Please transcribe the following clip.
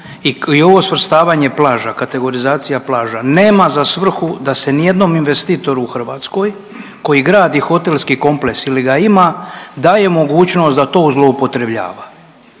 i ovo svrstavanje plaža, kategorizacija plaža nema za svrhu da se ni jednom investitoru u Hrvatskoj koji gradi hotelski kompleks ili ga ima daje mogućnost da to zloupotrebljava